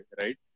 right